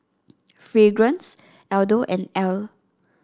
Fragrance Aldo and Elle